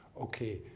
okay